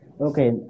Okay